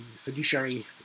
fiduciary